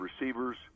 receivers